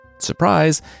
surprise